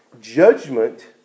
Judgment